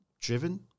driven